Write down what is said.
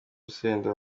urusenda